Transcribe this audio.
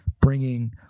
bringing